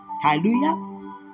Hallelujah